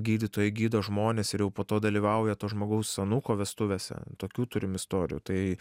gydytojai gydo žmones ir jau po to dalyvauja to žmogaus anūko vestuvėse tokių turim istorijų tai